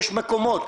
יש מקומות,